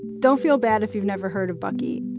don't feel bad if you've never heard of bucky,